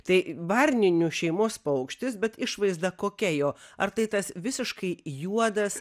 tai varninių šeimos paukštis bet išvaizda kokia jo ar tai tas visiškai juodas